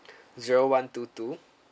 zero one two two